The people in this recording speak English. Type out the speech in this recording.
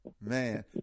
Man